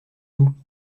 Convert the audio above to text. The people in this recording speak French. tout